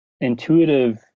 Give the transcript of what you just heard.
intuitive